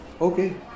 Okay